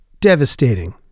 devastating